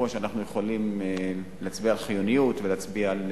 שאנחנו יכולים להצביע על חיוניות ולהצביע על